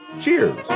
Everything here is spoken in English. Cheers